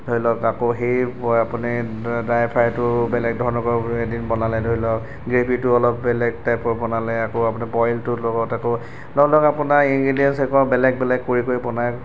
ধৰি লওক আকৌ সেইবোৰ আপুনি ড্ৰাই ফ্ৰাইটো বেলেগ ধৰণৰ এদিন বনালে ধৰি লওক গ্ৰেভীটো অলপ বেলেগ টাইপত বনালে আকৌ আপুনি বইলটোৰ লগত আকৌ ন ন আপোনাৰ ইনগ্ৰিদিয়েঞ্চ আকৌ বেলেগ বেলেগ কৰি কৰি বনাই